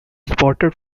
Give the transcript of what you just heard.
spotted